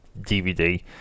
DVD